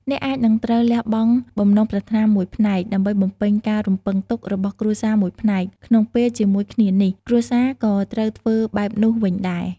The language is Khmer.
អ្នកអាចនឹងត្រូវលះបង់បំណងប្រាថ្នាមួយផ្នែក ដើម្បីបំពេញការរំពឹងទុករបស់គ្រួសារមួយផ្នែក ក្នុងពេលជាមួយគ្នានេះ គ្រួសារក៏ត្រូវធ្វើបែបនោះវិញដែរ។